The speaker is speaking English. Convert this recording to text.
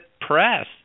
press